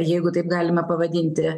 jeigu taip galima pavadinti